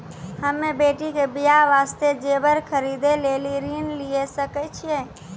हम्मे बेटी के बियाह वास्ते जेबर खरीदे लेली ऋण लिये सकय छियै?